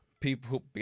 People